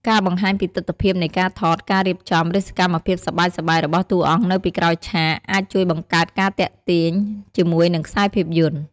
ការបង្ហាញពីទិដ្ឋភាពនៃការថត ការរៀបចំ ឬសកម្មភាពសប្បាយៗរបស់តួអង្គនៅពីក្រោយឆាកបានជួយបង្កើតការទាក់ទាញជាមួយនឹងខ្សែភាពយន្ត។